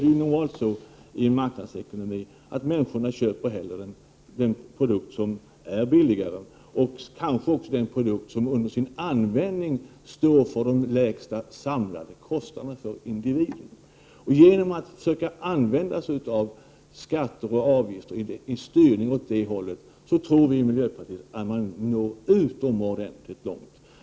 I en marknadsekonomi köper människorna normalt hellre den produkt som är billigare, kanske den produkt som under sin användning står för de lägsta samlade kostnaderna för individen. Genom att använda sig av skatter och avgifter och därigenom åstadkomma en styrning tror vi i miljöpartiet att man når utomordentligt långt.